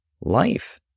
life